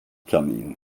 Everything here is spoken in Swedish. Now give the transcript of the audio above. kanin